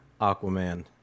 Aquaman